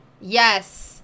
yes